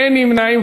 אין נמנעים.